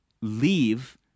leave